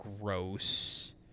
gross